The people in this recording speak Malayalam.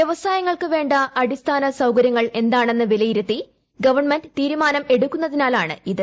വ്യവസായങ്ങൾക്ക് വേണ്ട അടിസ്ഥാന സൌകര്യങ്ങൾ എന്താണെന്ന് വിലയിരുത്തി ഗവൺമെന്റ് തീരുമാനം എടുക്കുന്നതിനാലാണ് ഇത്